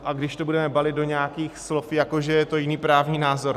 A když to budeme balit do nějakých slov, jako že je to jiný právní názor...